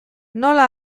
nola